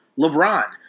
LeBron